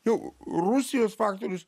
jau rusijos faktorius